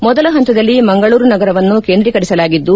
ಮೊದಲ ಹಂತದಲ್ಲಿ ಮಂಗಳೂರು ನಗರವನ್ನು ಕೇಂದ್ರೀಕರಿಸಲಾಗಿದ್ದು